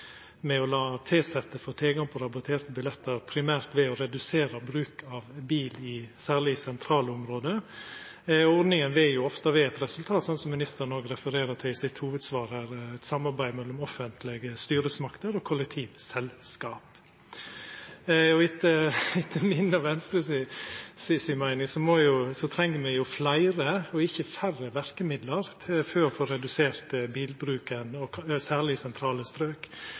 med å la tilsette få tilgang på rabatterte billettar må primært vera å redusera bruken av bil, særleg i sentrale område. Ordninga vil jo ofte vera eit resultat av – som ministeren òg refererer til i sitt hovudsvar – eit samarbeid mellom offentlege styresmakter og kollektivselskap. Etter mi og Venstre si meining treng me fleire og ikkje færre verkemiddel for å få redusert bilbruken, særleg i sentrale strøk.